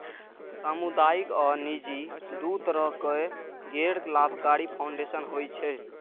सामुदायिक आ निजी, दू तरहक गैर लाभकारी फाउंडेशन होइ छै